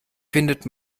findet